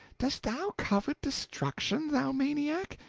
dost thou covet destruction, thou maniac?